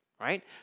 Right